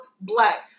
black